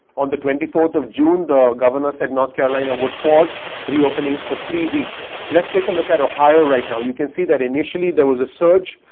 on the twenty fourth of june, the governor said north carolina would pause reopenings for three weeks. let's take a look at ohio right now, you can see that initially there was a surge,